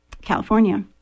California